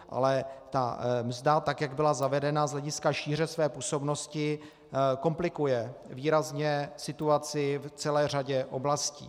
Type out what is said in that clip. Ale ta mzda, tak jak byla zavedena z hlediska šíře své působnosti, komplikuje výrazně situaci v celé řadě oblastí.